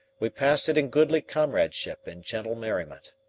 we passed it in goodly comradeship and gentle merriment.